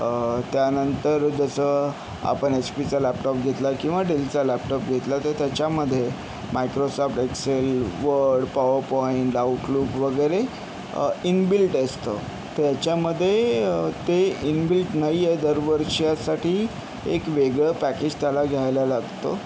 त्यानंतर जसं आपण एचपीचा लॅपटॉप घेतला किंवा डेलचा लॅपटॉप घेतला तर त्याच्यामध्ये Microsoft Excel Word PowerPoint Outlook वगैरे इनबिल्ट असतं त्याच्यामध्ये ते इनबिल्ट नाही आहे दरवर्षासाठी एक वेगळं पॅकेज त्याला घ्यायला लागतं